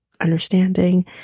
understanding